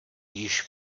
již